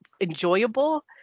enjoyable